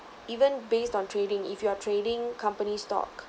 even based on trading if you are trading company stock